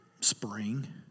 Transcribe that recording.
spring